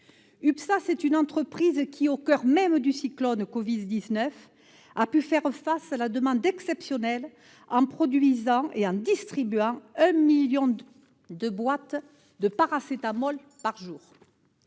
UPSA, c'est une entreprise qui, au coeur même du cyclone lié au Covid-19, a pu faire face à la demande exceptionnelle en produisant et en distribuant 1 million de boîtes de paracétamol par jour.